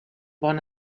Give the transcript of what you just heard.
bon